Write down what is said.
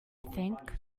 think